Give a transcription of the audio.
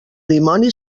dimoni